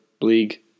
League